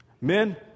Men